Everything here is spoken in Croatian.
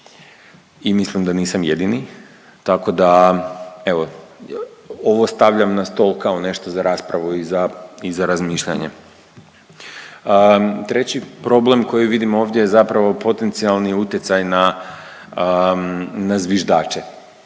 i mislim da nisam jedini tako da evo ovo stavljam na stol kao nešto za raspravu i za razmišljanje. Treći problem koji vidim ovdje je zapravo potencijalni utjecaj na zviždače.